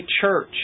church